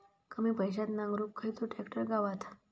कमी पैशात नांगरुक खयचो ट्रॅक्टर गावात?